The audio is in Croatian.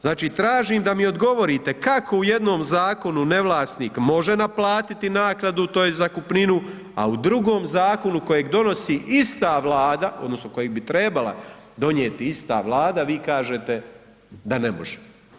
Znači tražim da mi odgovorite kako u jednom zakonu ne vlasnik može naplatiti naknadu tj. zakupninu, a u drugom zakonu kojeg donosi ista Vlada odnosno koje bi trebala donijeti ista Vlada vi kažete da ne može.